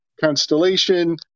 constellation